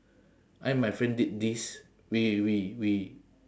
I and my friend did this we we we